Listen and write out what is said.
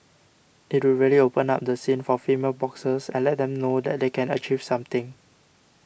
it would really open up the scene for female boxers and let them know that they can achieve something